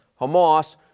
Hamas